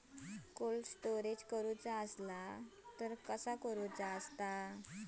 Cold storage करूचा असला तर कसा करायचा?